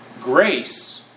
Grace